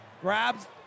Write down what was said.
grabs